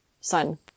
sun